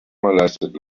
lasted